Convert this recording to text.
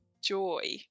joy